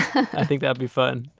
i think that'd be fun.